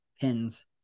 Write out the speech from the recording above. pins